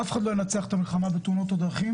אף אחד לא ינצח את המלחמה בתאונות הדרכים